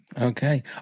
Okay